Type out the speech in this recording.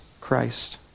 Christ